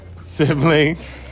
Siblings